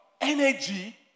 energy